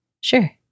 Sure